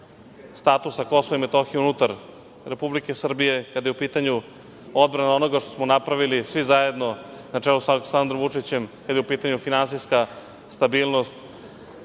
statusa KiM unutar Republike Srbije, kada je u pitanju odbrana onoga što smo napravili svi zajedno na čelu sa Aleksandrom Vučićem, kada je u pitanju finansijska stabilnost. Pred